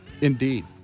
Indeed